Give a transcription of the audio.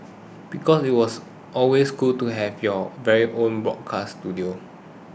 because it was always cool to have your very own broadcast studio